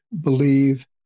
Believe